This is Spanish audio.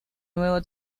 nuevo